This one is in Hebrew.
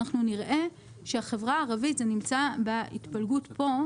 אנחנו נראה שהחברה הערבית זה נמצא בהתפלגות פה,